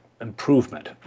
improvement